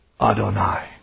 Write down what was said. Adonai